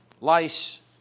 lice